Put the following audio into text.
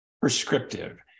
prescriptive